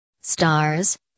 Stars